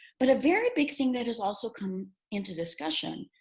but a very big thing that has also come into discussion,